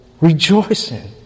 rejoicing